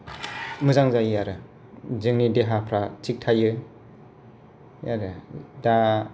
मोजां जायो आरो जोंनि देहाफ्रा थिग थायो आरोदा